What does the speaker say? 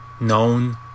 known